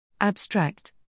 Abstract